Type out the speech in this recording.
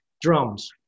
drums